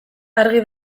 argi